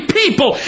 people